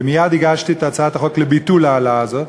ומייד הגשתי את הצעת החוק לביטול ההעלאה הזאת.